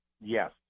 Yes